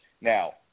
Now